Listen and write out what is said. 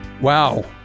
wow